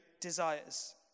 desires